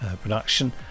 production